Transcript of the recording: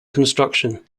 construction